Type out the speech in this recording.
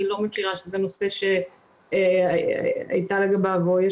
אני לא מכירה שזה נושא שהייתה לגבי או יש